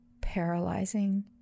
paralyzing